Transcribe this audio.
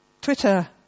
Twitter